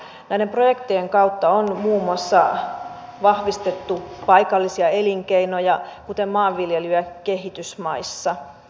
koskien edustaja marinin erittäin tärkeää kysymystä pariisin kokouksen vaikutuksista energiapolitiikkaan työllisyyteen ja kilpailukykyyn